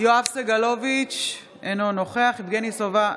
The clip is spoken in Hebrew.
יואב סגלוביץ' אינו נוכח יבגני סובה,